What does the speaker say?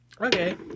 Okay